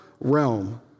realm